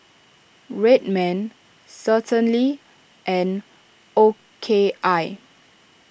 Red Man Certainly and O K I